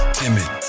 timid